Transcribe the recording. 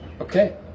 okay